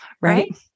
Right